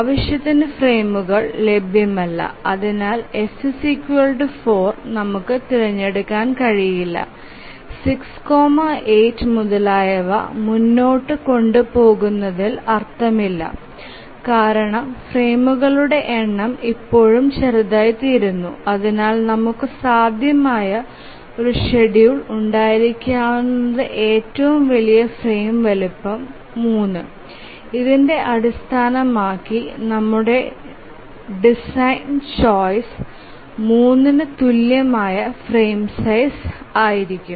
ആവശ്യത്തിന് ഫ്രെയിമുകൾ ലഭ്യമല്ല അതിനാൽ F 4 നമുക്ക് തിരഞ്ഞെടുക്കാൻ കഴിയില്ല 6 8 മുതലായവ മുന്നോട്ട് കൊണ്ടുപോകുന്നതിൽ അർത്ഥമില്ല കാരണം ഫ്രെയിമുകളുടെ എണ്ണം ഇപ്പോഴും ചെറുതായിത്തീരുന്നു അതിനാൽ നമുക്ക് സാധ്യമായ ഒരു ഷെഡ്യൂൾ ഉണ്ടായിരിക്കാവുന്ന ഏറ്റവും വലിയ ഫ്രെയിം വലുപ്പമാണ് 3 ഇതിനെ അടിസ്ഥാനമാക്കി നമ്മുടെ ഡിസൈൻ ചോയ്സ് 3 ന് തുല്യമായ ഫ്രെയിം സൈസ് ആയിരിക്കും